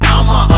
I'ma